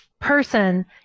person